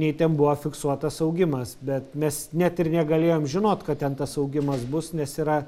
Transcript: nei ten buvo fiksuotas augimas bet mes net ir negalėjom žinot kad ten tas augimas bus nes yra